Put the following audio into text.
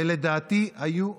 לדעתי היו רבים,